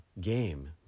game